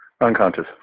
Unconscious